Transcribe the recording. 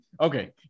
okay